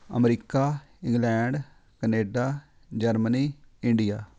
America England Canada Germany India